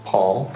Paul